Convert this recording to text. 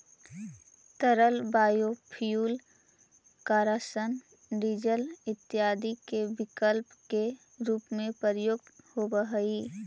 तरल बायोफ्यूल किरासन, डीजल इत्यादि के विकल्प के रूप में प्रयुक्त होवऽ हई